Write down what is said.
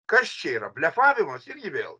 kas čia yra blefavimas irgi vėl